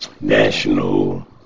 National